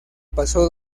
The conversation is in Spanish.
pasó